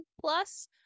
plus